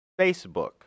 Facebook